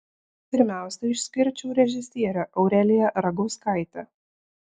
pirmiausia išskirčiau režisierę aureliją ragauskaitę